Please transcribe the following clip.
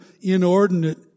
inordinate